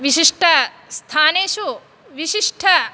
विशिष्टस्थानेषु विशिष्ट